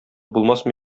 булмасмы